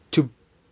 to